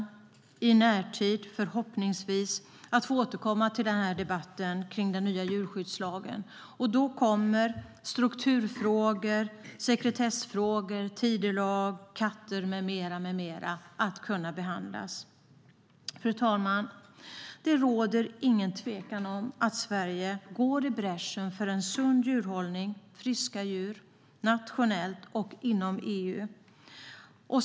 Vi kommer förhoppningsvis i närtid att få återkomma till denna debatt om den nya djurskyddslagen. Då kommer strukturfrågor, sekretessfrågor, frågor om tidelag, katter med mera att kunna behandlas. Fru talman! Det råder ingen tvekan om att Sverige går i bräschen för en sund djurhållning och friska djur nationellt och inom EU.